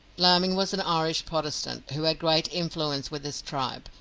laming was an irish-protestant who had great influence with his tribe,